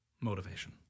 Motivation